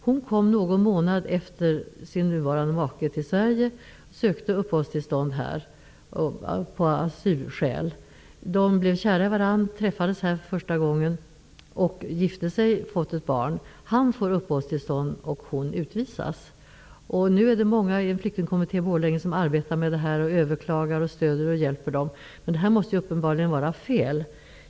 Hon kom till Sverige någon månad efter sin nuvarande make och sökte uppehållstillstånd på grund av asylskäl. Hon och den nuvarande maken träffades första gången i Sverige. De blev kära i varandra, gifte sig och fick ett barn. Han får uppehållstillstånd och hon utvisas. I en flyktingkommitté i Borlänge arbetar många med detta. De överklagar, och de stöder och hjälper dessa flyktingar. Detta måste uppenbarligen vara fel.